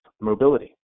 mobility